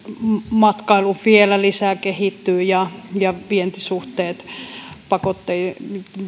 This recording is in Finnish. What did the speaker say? matkailu vielä lisää kehittyy ja ja vientisuhteet pakotteiden